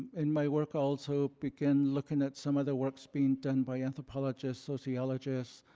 and my work also began looking at some of the works being done by anthropologists, sociologists,